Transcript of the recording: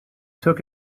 took